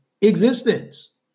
existence